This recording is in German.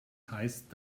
heißt